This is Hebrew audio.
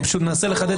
לא.